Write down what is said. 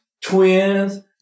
twins